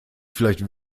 vielleicht